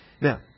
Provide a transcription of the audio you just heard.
Now